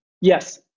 Yes